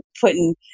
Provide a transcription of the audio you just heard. putting